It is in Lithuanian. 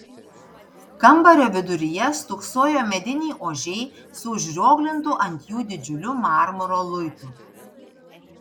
kambario viduryje stūksojo mediniai ožiai su užrioglintu ant jų didžiuliu marmuro luitu